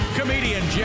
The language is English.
Comedian